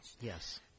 Yes